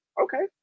okay